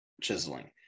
chiseling